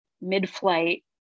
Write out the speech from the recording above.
mid-flight